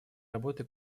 работы